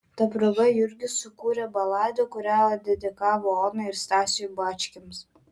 ta proga jurgis sukūrė baladę kurią dedikavo onai ir stasiui bačkiams